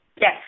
yes